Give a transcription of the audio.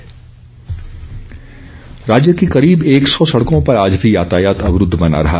सड़कें राज्य की करीब एक सौ सड़कों पर आज भी यातायात अवरूद्व बना रहा